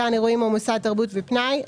גן אירועים או מוסד תרבות ופנאי,